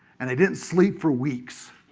and i didn't sleep for weeks.